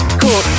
cool